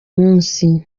munsi